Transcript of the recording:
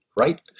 right